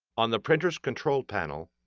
on the printer's control panel,